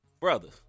Brothers